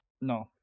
No